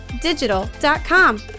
digital.com